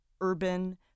urban